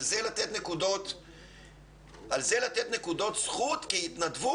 אז על זה לתת נקודות זכות כהתנדבות?